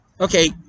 okay